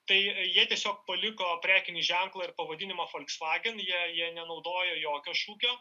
tai jie tiesiog paliko prekinį ženklą ir pavadinimą folksvagen jei jie nenaudojo jokio šūkio